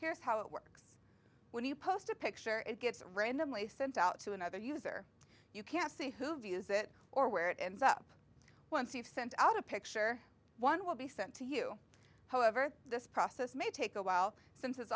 here's how it works when you post a picture it gets randomly sent out to another user you can't see who views it or where it ends up once you've sent out a picture one will be sent to you however this process may take a while since it's